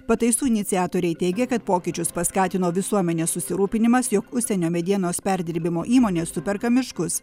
pataisų iniciatoriai teigia kad pokyčius paskatino visuomenės susirūpinimas jog užsienio medienos perdirbimo įmonės superka miškus